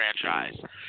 franchise